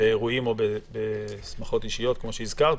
באירועים ובשמחות אישיות כפי שהזכרת,